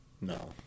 No